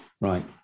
right